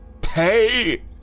pay